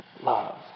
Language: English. love